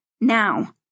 Now